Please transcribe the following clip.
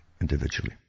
individually